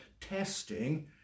testing